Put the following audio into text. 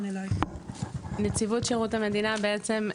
נציבות שירות המדינה בעצם,